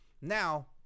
Now